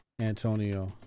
Antonio